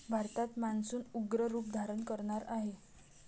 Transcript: भारतात मान्सून उग्र रूप धारण करणार आहे